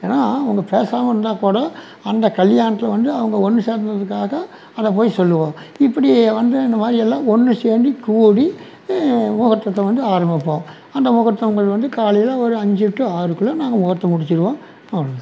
ஏன்னா அவங்க பேசாமல் இருந்தால் கூட அந்த கல்யாணத்தில் வந்து அவங்க ஒன்று சேர்ணுங்கிறதுக்காக அதை போய் சொல்வோம் இப்படி வந்து இந்த மாதிரியெல்லாம் ஒன்று சேர்ந்து கூடி முகூர்தத்தை வந்து ஆரம்பிப்போம் அந்த முகூர்த்தங்கள் வந்து காலையில் ஒரு அஞ்சி டு ஆறுக்குள்ள நாங்கள் முகூர்த்தம் முடிச்சிடுவோம் அவ்வளோதான்